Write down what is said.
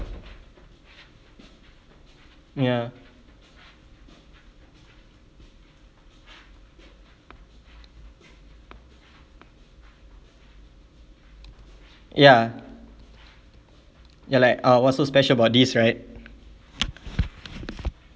ya ya ya like ah what's so special about this right